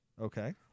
Okay